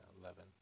eleven